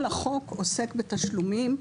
כל החוק עוסק בתשלומים,